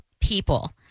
people